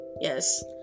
yes